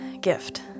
gift